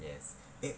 yes